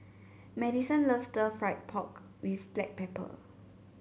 Madyson loves Stir Fried Pork with Black Pepper